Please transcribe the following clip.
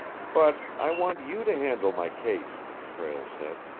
but i want you to handle my case, prale said.